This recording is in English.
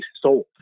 sold